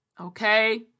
Okay